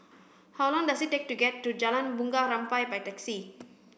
how long does it take to get to Jalan Bunga Rampai by taxi